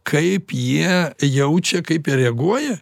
kaip jie jaučia kaip jie reaguoja